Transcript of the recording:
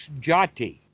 jati